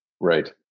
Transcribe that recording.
Right